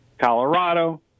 Colorado